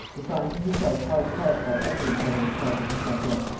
but finding herself hard pressed by evidence on this part of the subject,